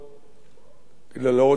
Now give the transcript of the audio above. אני לא רוצה לכחד,